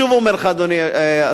אני שוב אומר לך, אדוני השר,